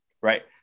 Right